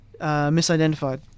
misidentified